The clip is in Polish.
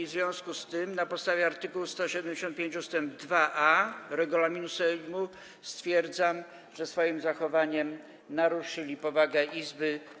W związku z tym na podstawie art. 175 ust. 2a regulaminu Sejmu stwierdzam, że swoim zachowaniem naruszyli powagę Izby.